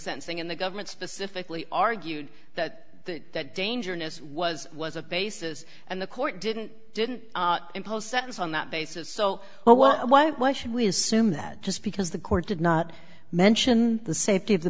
sensing and the government specifically argued that that danger ness was was a basis and the court didn't didn't impose sentence on that basis so well why should we assume that just because the court did not mention the safety of the